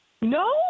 No